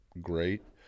great